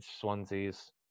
Swansea's